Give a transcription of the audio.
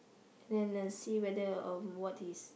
and then uh see whether um what is